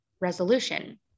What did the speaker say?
resolution